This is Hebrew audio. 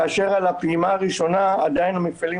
כאשר על הפעימה הראשונה עדיין המפעלים